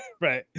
right